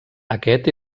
aquest